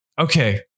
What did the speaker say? okay